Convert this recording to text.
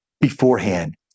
beforehand